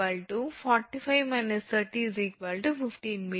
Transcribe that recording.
45−30 15 𝑚